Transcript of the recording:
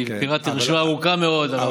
אני פירטתי רשימה ארוכה מאוד.